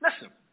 listen